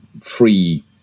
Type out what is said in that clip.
free